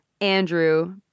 Andrew